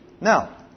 Now